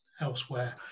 elsewhere